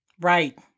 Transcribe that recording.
Right